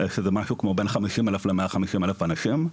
שזה משהו בין חמישים אלף למאה חמישים אלף אנשים.